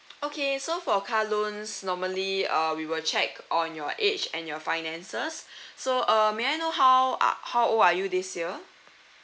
okay so for car loans normally err we will check on your age and your finances so err may I know how are how old are you this year